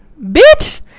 Bitch